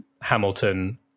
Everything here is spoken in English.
Hamilton